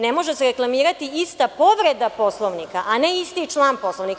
Ne može se reklamirati ista povreda Poslovnika, a ne isti član Poslovnika.